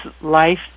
life